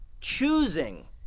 choosing